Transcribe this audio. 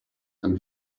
and